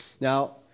Now